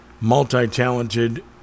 multi-talented